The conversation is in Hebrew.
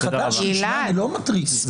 זה חדש, אני לא מתריס.